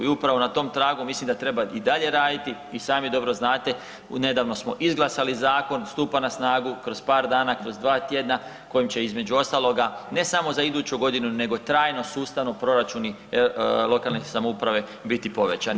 I upravo na tom tragu mislim da treba i dalje raditi i sami dobro znate, nedavno smo izglasali zakon, stupa na snagu kroz par dana, kroz 2 tjedna, kojim će, između ostaloga, ne samo za iduću godinu nego trajno sustavno, proračuni lokalne samouprave biti povećani.